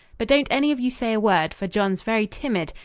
but don't any of you say a word, for john's very timid,